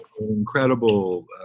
incredible